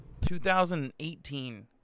2018